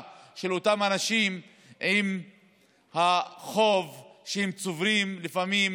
של אותם אנשים עם החוב שהם צוברים לפעמים